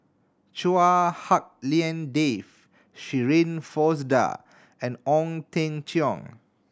Chua Hak Lien Dave Shirin Fozdar and Ong Teng Cheong